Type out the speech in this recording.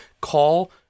call